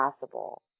possible